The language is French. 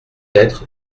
être